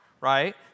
right